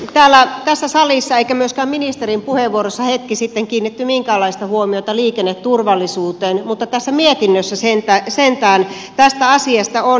ei tässä salissa eikä myöskään ministerin puheenvuorossa hetki sitten kiinnitetty minkäänlaista huomiota liikenneturvallisuuteen mutta tässä mietinnössä sentään tästä asiasta on